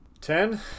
Ten